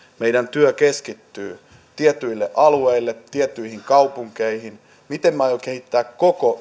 meidän työmme keskittyy tietyille alueille tiettyihin kaupunkeihin miten me aiomme kehittää koko